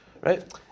right